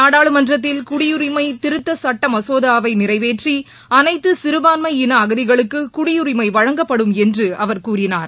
நாடாளுமன்றத்தில் குடியுரிமை திருத்த சட்ட மசோதாவை நிறைவேற்றி அனைத்து சிறுபான்மை இன அகதிகளுக்கு குடியுரிமை வழங்கப்படும் என்று அவர் கூறினார்